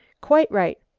quite right.